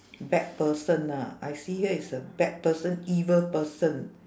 bad person ah I see here is a bad person evil person